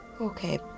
okay